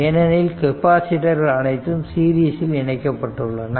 ஏனெனில் கெபாசிட்டர்கள் அனைத்தும் சீரிஸில் இணைக்கப்பட்டுள்ளன